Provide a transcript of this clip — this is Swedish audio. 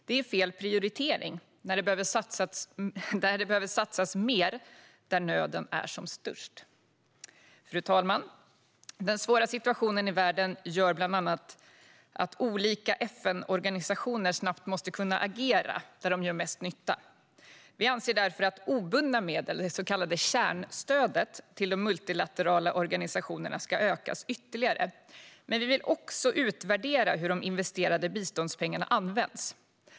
Det är fel prioritering när det behöver satsas mer där nöden är som störst. Fru talman! Den svåra situationen i världen gör att bland annat olika FN-organisationer snabbt måste kunna agera där de gör mest nytta. Vi anser därför att obundna medel, det så kallade kärnstödet, till de multilaterala organisationerna ska ökas ytterligare, men vi vill också utvärdera hur de investerade biståndspengarna används.